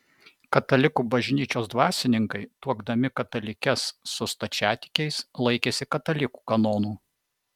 katalikų bažnyčios dvasininkai tuokdami katalikes su stačiatikiais laikėsi katalikų kanonų